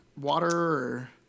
Water